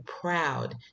proud